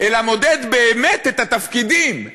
אלא מודד באמת את התפקידים: